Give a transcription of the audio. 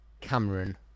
Cameron